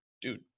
dude